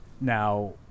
now